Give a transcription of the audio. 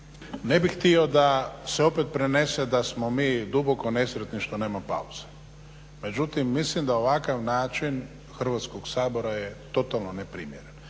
Ne bih htio da se opet prenese da smo mi duboko nesretni što nema pauze. Međutim, mislim da ovakav način Hrvatskog sabora je totalno neprimjeren.